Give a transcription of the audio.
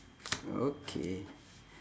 okay